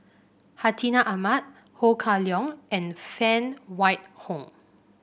Hartinah Ahmad Ho Kah Leong and Phan Wait Hong